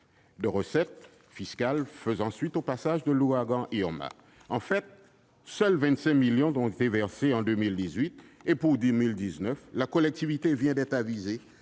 de recettes fiscales faisant suite au passage de l'ouragan Irma. En fait, seuls 25 millions d'euros ont été versés en 2018. Pour 2019, la collectivité vient d'être avisée